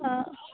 आं